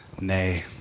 Nay